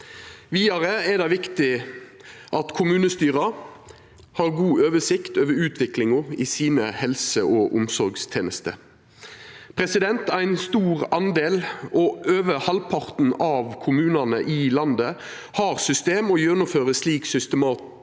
Vidare er det viktig at kommunestyra har god oversikt over utviklinga i helse- og omsorgstenestene sine. Ein stor del, over halvparten av kommunane i landet, har system og gjennomfører slik systematisert